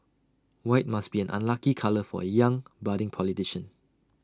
white must be an unlucky colour for A young budding politician